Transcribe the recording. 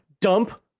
dump